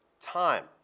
time